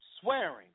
swearing